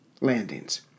landings